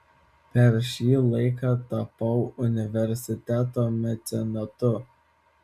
per šį laiką tapau universiteto mecenatu